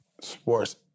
sports